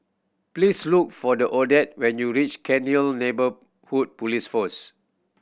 please look for the Odette when you reach Cairnhill Neighbourhood Police Post